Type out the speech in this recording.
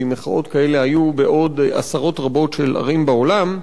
כי מחאות כאלה היו בעוד עשרות רבות של ערים בעולם.